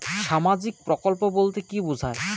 সামাজিক প্রকল্প বলতে কি বোঝায়?